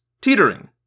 teetering